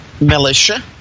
militia